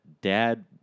dad